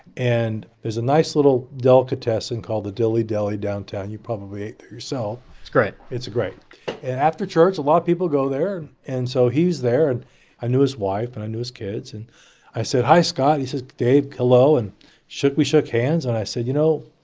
and there's a nice little delicatessen called the dilly deli downtown. you probably ate there yourself it's great it's great. and after church, a lot of people go there. and and so he's there. and i knew his wife. and i knew his kids. and i said, hi, scott. he says dave, hello, and shook we shook hands. and i said, you know,